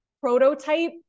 prototype